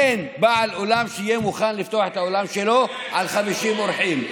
אין בעל אולם שיהיה מוכן לפתוח את האולם שלו עם 50 אורחים.